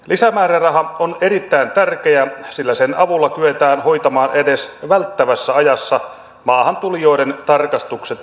lisämääräraha on erittäin tärkeä sillä sen avulla kyetään hoitamaan edes välttävässä ajassa maahantulijoiden tarkastukset ja selvitykset